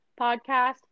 podcast